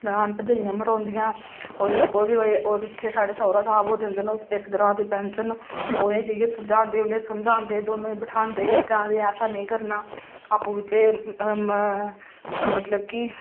ननान भरजाइयां मरोंदियां ते ओह्दे च साढ़े सौह्रा साह्ब जंदे न ओह् इस ग्रांऽ दे पंच न ओह् जाइयै सुलझांदे न ओह् जाइयै समझांदे न दौनों गी उ'नेंगी बैठांदे ते उ'नेंगी समझांदे न कि ऐसा नेईं करना आपूं बिचें मतलब कि